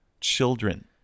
children